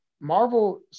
Marvel